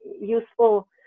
useful